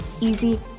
easy